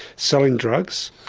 selling drugs.